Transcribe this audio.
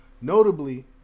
Notably